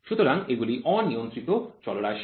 সুতরাং এগুলি অনিয়ন্ত্রিত চলরাশি